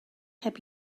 heb